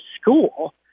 school